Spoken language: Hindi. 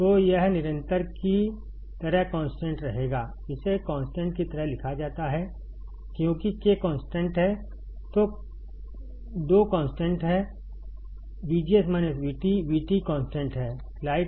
तो यह निरंतर की तरह कॉन्स्टेंट रहेगा इसे कॉन्स्टेंट की तरह लिखा जाता है क्योंकि K कॉन्स्टेंट है 2 कॉन्स्टेंट है